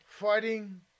fighting